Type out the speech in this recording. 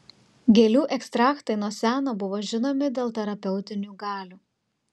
gėlių ekstraktai nuo seno buvo žinomi dėl terapeutinių galių